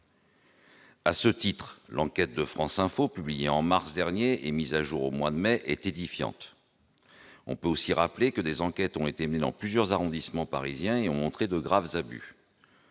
À ce titre, l'enquête de France Info publiée au mois de mars dernier et mise à jour au mois de mai est édifiante. On peut aussi rappeler que des enquêtes ont été menées dans plusieurs arrondissements parisiens et ont montré de graves abus,